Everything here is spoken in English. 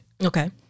Okay